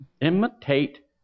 Imitate